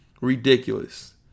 Ridiculous